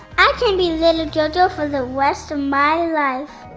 i can be little and jojo for the rest of my life.